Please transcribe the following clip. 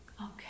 Okay